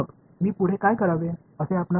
मग मी पुढे काय करावे असे आपणास वाटते